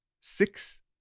Six